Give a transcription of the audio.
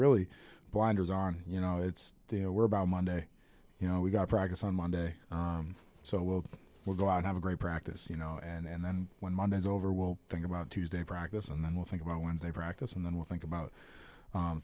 really blinders on you know it's there were about monday you know we got practice on monday so we'll we'll go out have a great practice you know and then when monday is over we'll think about tuesday practice and then with think about when they practice and then we'll think about